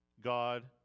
God